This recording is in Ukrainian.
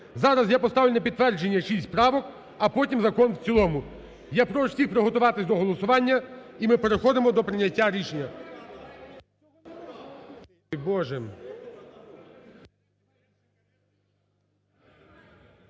Зараз я поставлю на підтвердження шість правок, а потім - закон в цілому. Я прошу всіх приготуватися до голосування, і ми переходимо до прийняття рішення.